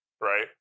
right